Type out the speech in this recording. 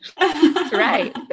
Right